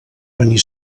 venir